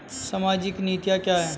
सामाजिक नीतियाँ क्या हैं?